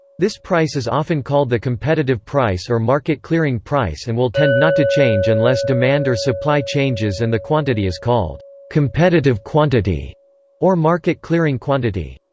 this price is often called the competitive price or market clearing price and will tend not to change unless demand or supply changes and the quantity is called competitive quantity or market clearing quantity.